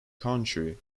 country